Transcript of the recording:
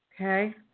Okay